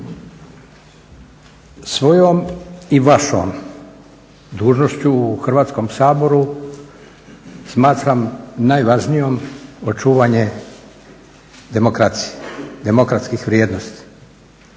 Svojom i vašom dužnošću u Hrvatskom saboru smatram najvažnijom očuvanje demokracije, demokratskih vrijednosti,